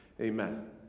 Amen